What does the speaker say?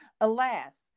alas